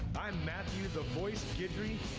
i'm matthew the voice guidry.